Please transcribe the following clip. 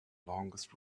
longest